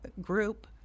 group